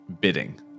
bidding